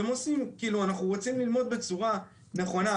אתם עושים כאילו אנחנו רוצים ללמוד בצורה נכונה,